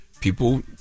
people